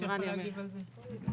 שיכול להגיב על זה.